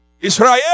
Israel